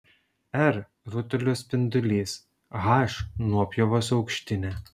r rutulio spindulys h nuopjovos aukštinė